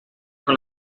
con